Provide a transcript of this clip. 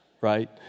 right